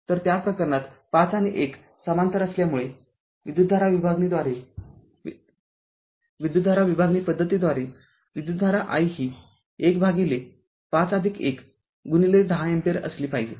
तर त्या प्रकरणात ५ आणि १ समांतर असल्यामुळे विद्युतधारा विभागणीद्वारे विद्युतधारा विभागणी पद्धतीद्वारे विद्युतधारा i ही १ भागिले ५१ गुणिले १० अँपिअर असली पाहिजे